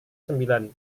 sembilan